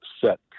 set